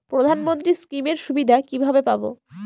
প্রধানমন্ত্রী স্কীম এর সুবিধা কিভাবে পাবো?